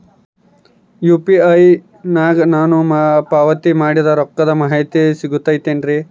UPI ನಾಗ ನಾನು ಪಾವತಿ ಮಾಡಿದ ರೊಕ್ಕದ ಮಾಹಿತಿ ಸಿಗುತೈತೇನ್ರಿ?